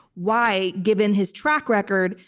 why, given his track record,